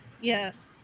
Yes